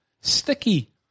sticky